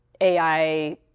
AI